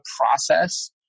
process